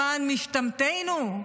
למען משתמטינו?